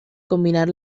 combinar